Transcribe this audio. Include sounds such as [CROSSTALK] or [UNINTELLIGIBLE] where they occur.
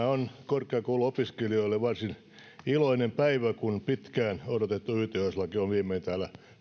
[UNINTELLIGIBLE] on korkeakouluopiskelijoille varsin iloinen päivä kun pitkään odotettu yths laki on viimein täällä